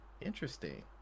interesting